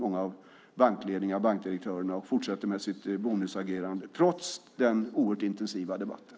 Många bankledningar och bankdirektörer fortsätter med sitt bonusagerande trots den oerhört intensiva debatten.